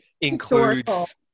includes